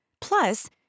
Plus